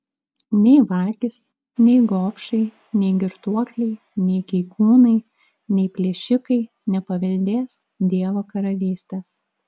nei vagys nei gobšai nei girtuokliai nei keikūnai nei plėšikai nepaveldės dievo karalystės